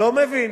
לא מבין.